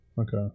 Okay